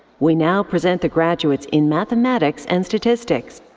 we now present the graduates in mathematics and statistics.